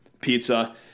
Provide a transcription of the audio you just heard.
pizza